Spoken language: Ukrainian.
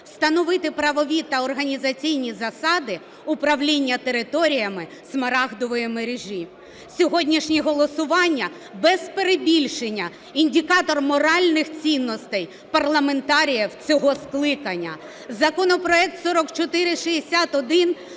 встановити правові та організаційні засади управління територіями Смарагдової мережі? Сьогоднішнє голосування, без перебільшення, – індикатор моральних цінностей парламентаріїв цього скликання. Законопроект 4461